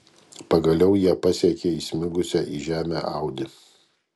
pagaliau jie pasiekė įsmigusią į žemę audi